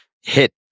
hit